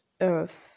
Earth